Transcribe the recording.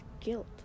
guilt